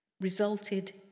resulted